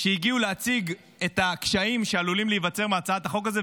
שהגיעו להציג את הקשיים שעלולים להיווצר מהצעת החוק הזו,